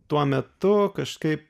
tuo metu kažkaip